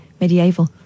Medieval